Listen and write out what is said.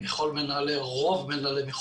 מכל מנהלי הבתים,